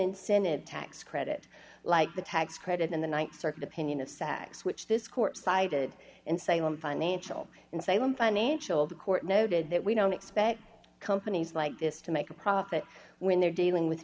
incentive tax credit like the tax credit in the th circuit opinion of sex which this court cited in salem financial in salem financial the court noted that we don't expect companies like this to make a profit when they're dealing with